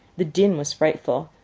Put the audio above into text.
the din was frightful.